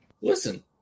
Listen